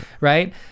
right